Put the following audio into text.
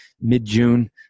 mid-June